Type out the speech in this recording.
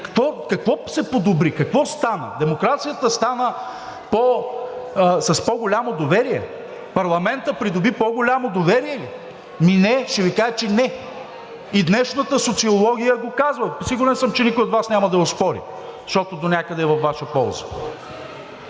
Какво се подобри? Какво стана – демокрацията стана с по-голямо доверие ли, парламентът придоби по-голямо доверие ли?! Ами не, ще Ви кажа, че не! И днешната социология го казва. Сигурен съм, че никой от Вас няма да я оспори, защото донякъде е във Ваша полза.